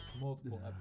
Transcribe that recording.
Multiple